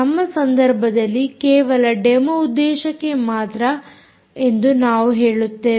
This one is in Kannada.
ನಮ್ಮ ಸಂದರ್ಭದಲ್ಲಿ ಕೇವಲ ಡೆಮೋ ಉದ್ದೇಶಕ್ಕೆ ಮಾತ್ರ ಎಂದು ನಾವು ಹೇಳುತ್ತೇವೆ